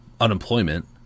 unemployment